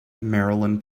marilyn